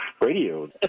radio